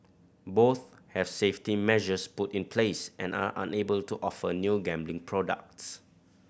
both have safety measures put in place and are unable to offer new gambling products